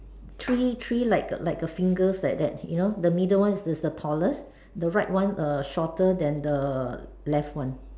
tree tree like a like a fingers like that you know the middle one is the tallest the right one err shorter than the left one